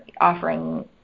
offering